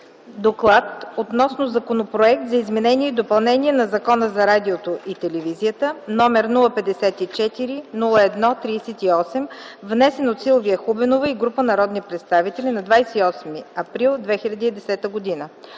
„ДОКЛАД относно Законопроект за изменение и допълнение на Закона за радиото и телевизията, № 054-01-38, внесен от Силвия Хубенова и група народни представители на 28 април 2010 г.